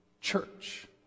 church